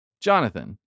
Jonathan